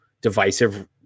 divisive